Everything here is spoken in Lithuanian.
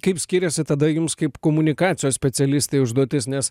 kaip skiriasi tada jums kaip komunikacijos specialistai užduotis nes